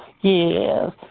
Yes